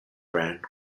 brand